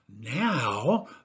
Now